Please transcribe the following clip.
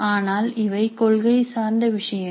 ஆனால் இவை கொள்கை சார்ந்த விஷயங்கள்